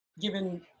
given